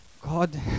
God